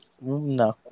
No